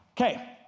Okay